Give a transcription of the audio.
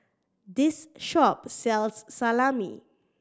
this shop sells Salami